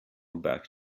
back